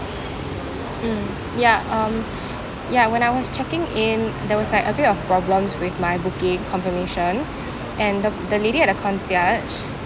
mm ya um ya when I was checking in there was like a bit of problems with my booking confirmation and th~ the lady at the concierge